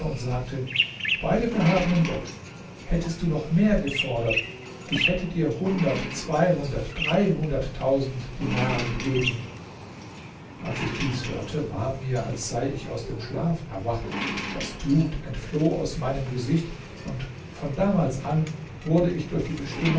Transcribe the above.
und sagte bei dem erhabenen gott hättest du noch mehr gefordert ich hätte dir hundert zweihundert dreihunderttausend dinare gegeben als ich dies hörte war mir als sei ich aus dem schlaf erwacht das blut entfloh aus meinem gesicht und von damals an wurde ich durch die